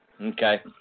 Okay